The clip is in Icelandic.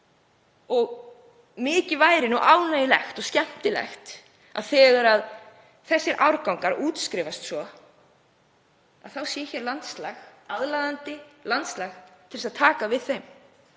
Mikið væri ánægjulegt og skemmtilegt að þegar þessir árgangar útskrifast svo þá sé hér landslag, aðlaðandi landslag til að taka við þeim,